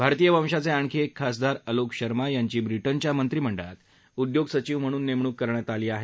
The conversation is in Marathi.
भारतीय वंशाचे आणखी एक खासदार अलोक शर्मा यांची ब्रिटनच्या मंत्रिमंडळात उद्योग सचिव म्हणून नेमणूक करण्यात आली आहे